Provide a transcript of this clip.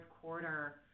quarter